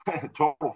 total